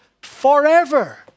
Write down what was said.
forever